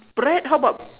bread how about